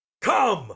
Come